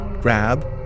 grab